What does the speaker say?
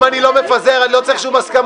אם אני לא מפזר אני לא צריך שום הסכמות.